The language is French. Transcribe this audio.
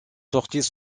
sorties